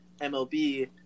MLB